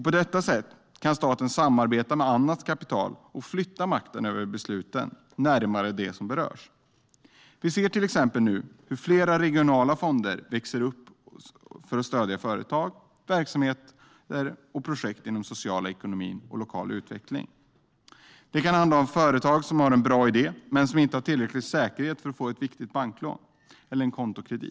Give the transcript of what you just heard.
På detta sätt kan staten samarbeta med annat kapital och flytta makten över besluten närmare dem som berörs. Vi ser till exempel nu hur flera regionala fonder växer upp för att stödja företag, verksamheter och projekt inom social ekonomi och lokal utveckling. Det kan handla om företag som har en bra idé men som inte har en tillräcklig säkerhet för att få ett viktigt banklån eller en kontokredit.